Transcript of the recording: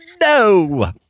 no